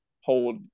hold